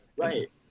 Right